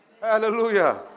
Hallelujah